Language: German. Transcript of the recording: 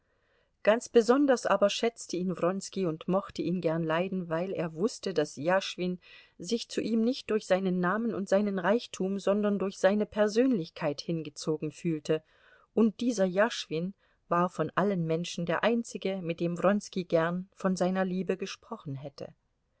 ganz besonders aber schätzte ihn wronski und mochte ihn gern leiden weil er wußte daß jaschwin sich zu ihm nicht durch seinen namen und seinen reichtum sondern durch seine persönlichkeit hingezogen fühlte und dieser jaschwin war von allen menschen der einzige mit dem wronski gern von seiner liebe gesprochen hätte